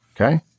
Okay